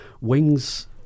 Wings